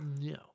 No